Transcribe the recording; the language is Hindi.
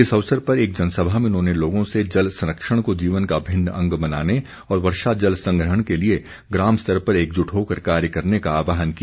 इस अवसर पर एक जनसभा में उन्होंने लोगों से जल संरक्षण को जीवन का अभिन्न अंग बनाने और वर्षा जल संग्रहण के लिए ग्राम स्तर पर एकजुट होकर कार्य करने का आहवान किया